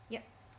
yup